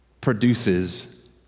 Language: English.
produces